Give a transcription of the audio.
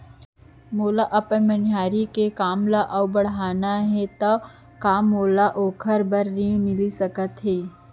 मोला अपन मनिहारी के काम ला अऊ बढ़ाना हे त का मोला ओखर बर ऋण मिलिस सकत हे?